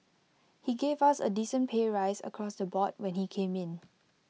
he gave us A decent pay rise across the board when he came in